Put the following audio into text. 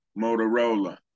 Motorola